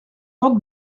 porte